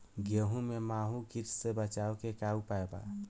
गेहूँ में माहुं किट से बचाव के का उपाय बा?